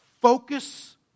Focus